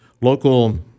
Local